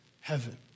heaven